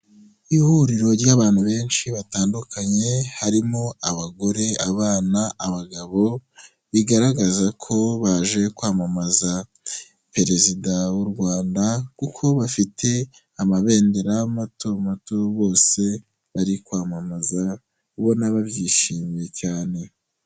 Ihuriro ry'abantu benshi batandukanye, harimo abagore, abana, abagabo, bigaragaza ko baje kwamamaza Perezida w'u Rwanda kuko bafite amabendera mato mato, bose bari kwamamaza, ubona babyishimiye cyane.